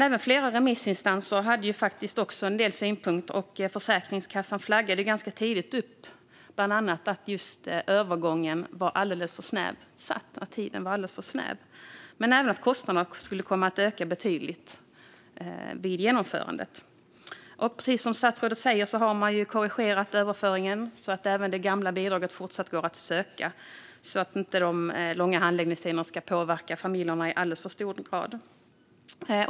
Även flera remissinstanser hade faktiskt också en del synpunkter. Försäkringskassan flaggade ganska tidigt för att tiden för övergången var alldeles för snävt satt men även för att kostnaderna skulle komma att öka betydligt vid genomförandet. Precis som statsrådet säger har man korrigerat överföringen, så att även det gamla bidraget fortfarande går att söka för att de långa handläggningstiderna inte ska påverka familjerna i alldeles för hög grad.